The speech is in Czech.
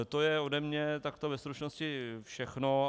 To je ode mě takto ve stručnosti všechno.